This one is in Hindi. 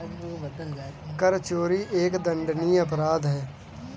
कर चोरी एक दंडनीय अपराध है